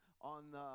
on